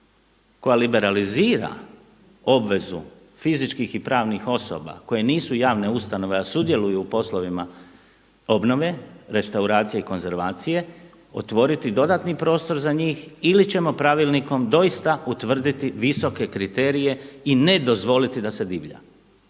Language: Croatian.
koja liberalizira obvezu fizičkih i pravnih osoba koje nisu javne ustanove a sudjeluju u poslovima obnove, restauracije i konzervacije otvoriti dodatni prostor za njih ili ćemo pravilnikom doista utvrditi visoke kriterije i ne dozvoliti da se divlja.